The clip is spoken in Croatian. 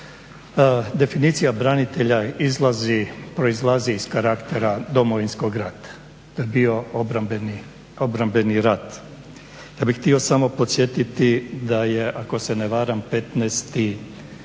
Definicija branitelja proizlazi iz karaktera Domovinskog rata. Da je bio obrambeni rat. Ja bih htio samo podsjetiti da je ako se ne varam 15. ožujak